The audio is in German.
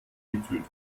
getötet